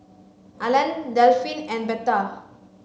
Alan Delphine and Betha